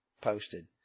posted